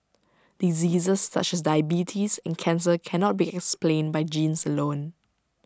diseases such as diabetes and cancer cannot be explained by genes alone